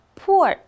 poor